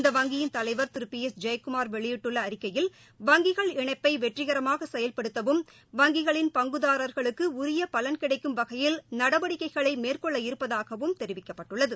இந்த வங்கியின் தலைவர் திரு பி எஸ் ஜெயக்குமார் வெளியிட்டுள்ள அறிக்கையில் வங்கிகள் இணைப்பை வெற்றிகரமாக செயல்படுத்தவும் வங்கிகளின் பங்குதாரர்களுக்கு உரிய பலன் கிடைக்கும் வகையில் நடவடிக்கைகளை மேற்கொள்ள இருப்பதாகவும் தெரிவிக்கப்பட்டுள்ளது